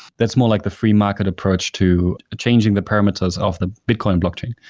that's more like the free market approach to changing the parameters of the bitcoin blockchain.